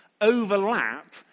overlap